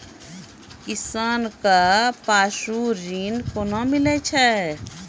किसान कऽ पसु ऋण कोना मिलै छै?